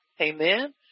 Amen